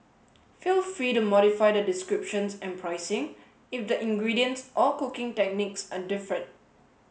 feel free to modify the descriptions and pricing if the ingredients or cooking techniques are different